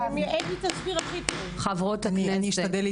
חברות הכנסת,